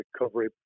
recovery